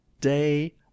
day